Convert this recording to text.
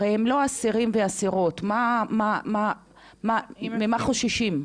הרי הם לא אסירים ואסירות, ממה חוששים?